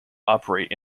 operate